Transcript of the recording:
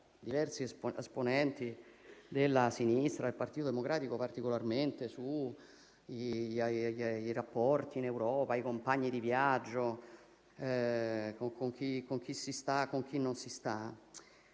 diversi esponenti della sinistra, del Partito Democratico particolarmente, sui rapporti in Europa, sui compagni di viaggio, sul "con chi si sta e con chi non si sta",